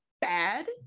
bad